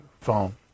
phone